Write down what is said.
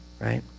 Right